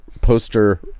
poster